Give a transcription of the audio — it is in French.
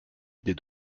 des